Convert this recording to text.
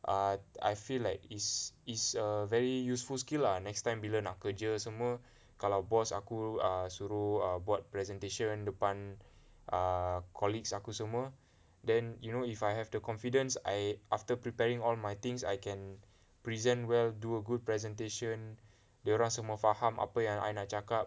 err I feel like it's it's a very useful skill lah next time bila nak kerja semua kalau boss aku err suruh err buat presentation depan err colleagues aku semua then you know if I have the confidence I after preparing all my things I can present well do a good presentation dia orang semua faham apa yang I nak cakap